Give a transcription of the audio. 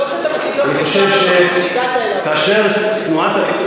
טוב לנו שאתה מטיף לנו